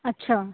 अच्छा